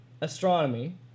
astronomy